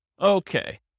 Okay